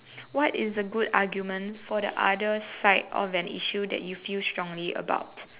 what is a good argument for the other side of an issue that you feel strongly about